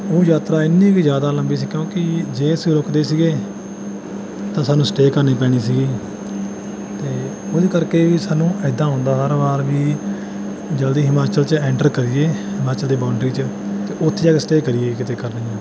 ਉਹ ਯਾਤਰਾ ਇੰਨੀ ਕੁ ਜ਼ਿਆਦਾ ਲੰਬੀ ਸੀ ਕਿਉਂਕਿ ਜੇ ਅਸੀਂ ਰੁੱਕਦੇ ਸੀਗੇ ਤਾਂ ਸਾਨੂੰ ਸਟੇਅ ਕਰਨੀ ਪੈਣੀ ਸੀਗੀ ਅਤੇ ਉਹਦੇ ਕਰਕੇ ਵੀ ਸਾਨੂੰ ਇੱਦਾਂ ਹੁੰਦਾ ਹਰ ਵਾਰ ਵੀ ਜਲਦੀ ਹਿਮਾਚਲ 'ਚ ਐਂਟਰ ਕਰੀਏ ਹਿਮਾਚਲ ਦੀ ਬੌਂਡਰੀ 'ਚ ਅਤੇ ਓੱਥੇ ਜਾ ਕੇ ਸਟੇਅ ਕਰੀਏ ਕਿਤੇ ਕਰਨਾ ਹੀ ਹੈ